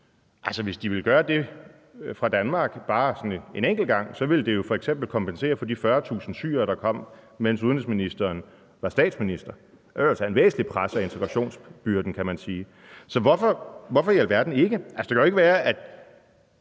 hvis de vil gøre det med Danmark bare en enkelt gang, vil det jo f.eks. kompensere for de 40.000 syrere, der kom, mens udenrigsministeren var statsminister. Det vil tage et væsentligt pres af integrationsbyrden, kan man sige. Så hvorfor i alverden ikke?